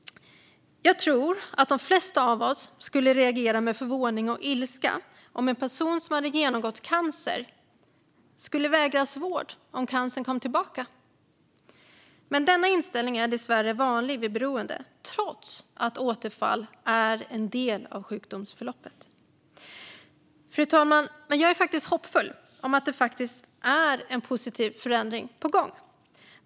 Jag tror att de flesta av oss skulle reagera med förvåning och ilska om en person som har genomgått cancer skulle vägras vård om cancern kom tillbaka. Men denna inställning är dessvärre vanlig vid beroende trots att återfall är en del av sjukdomsförloppet. Fru talman! Jag är hoppfull om att det faktiskt är en positiv förändring på gång.